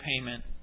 payment